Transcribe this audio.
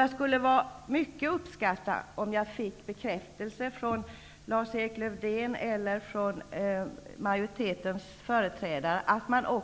Jag skulle verkligen uppskatta en bekräftelse från Lars-Erik Lövdén eller från majoritetens företrädare om att man